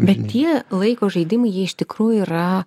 bet tie laiko žaidimą jie iš tikrųjų yra